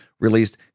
released